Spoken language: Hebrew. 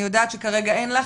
אני יודעת שכרגע אין לך,